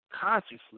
consciously